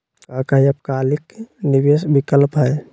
का काई अल्पकालिक निवेस विकल्प हई?